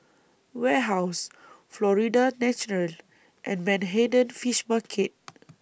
Warehouse Florida's Natural and Manhattan Fish Market